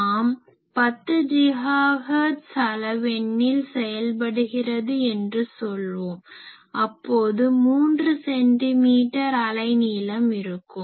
நாம் 10 GHz அலைவெண்ணில் செயல்படுகிறது என்று கொள்வோம் அப்போது 3 சென்டிமீட்டர் அலை நீளம் இருக்கும்